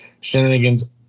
Shenanigan's